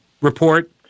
report